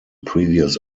previous